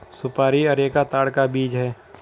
सुपारी अरेका ताड़ का बीज है